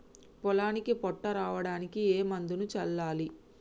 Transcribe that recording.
పొలానికి పొట్ట రావడానికి ఏ మందును చల్లాలి?